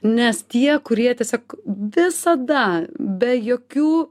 nes tie kurie tiesiog visada be jokių